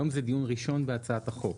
היום זה דיון ראשון בהצעת החוק,